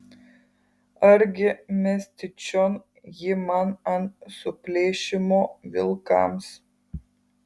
argi mesti čion jį man ant suplėšymo vilkams